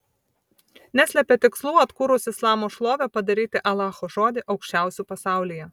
neslepia tikslų atkūrus islamo šlovę padaryti alacho žodį aukščiausiu pasaulyje